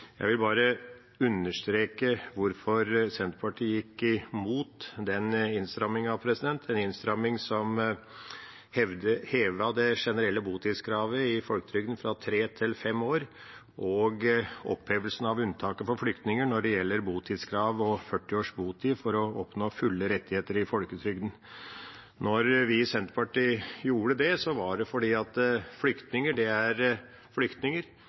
Jeg vil bare understreke hvorfor Senterpartiet gikk imot den innstrammingen, en innstramming som hevet det generelle botidskravet i folketrygdloven fra tre til fem år, og opphevelsen av unntaket for flyktninger når det gjelder botidskrav og 40 års botid for å oppnå fulle rettigheter i folketrygden. Når vi i Senterpartiet gjorde det, var det fordi flyktninger er mennesker som er på flukt, det er